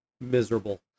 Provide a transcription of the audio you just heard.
miserable